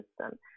System